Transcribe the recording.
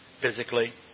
physically